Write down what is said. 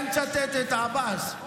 אני מצטט את עבאס.